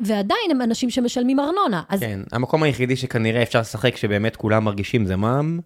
ועדיין הם אנשים שמשלמים ארנונה. כן, המקום היחידי שכנראה אפשר לשחק שבאמת כולם מרגישים זה מע"מ...